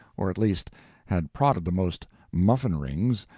or at least had prodded the most muffin-rings,